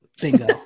Bingo